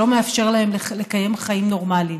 שלא מאפשר להם לקיים חיים נורמליים.